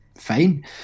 fine